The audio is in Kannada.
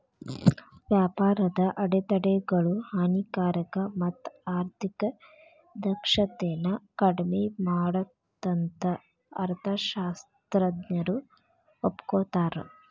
ವ್ಯಾಪಾರದ ಅಡೆತಡೆಗಳು ಹಾನಿಕಾರಕ ಮತ್ತ ಆರ್ಥಿಕ ದಕ್ಷತೆನ ಕಡ್ಮಿ ಮಾಡತ್ತಂತ ಅರ್ಥಶಾಸ್ತ್ರಜ್ಞರು ಒಪ್ಕೋತಾರ